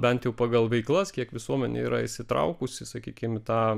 bent jau pagal veiklas kiek visuomenė yra įsitraukusi sakykim į tą